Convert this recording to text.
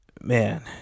Man